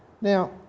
Now